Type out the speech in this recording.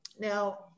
Now